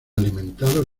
alimentado